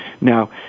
Now